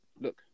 Look